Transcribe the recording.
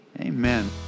amen